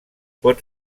pot